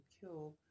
killed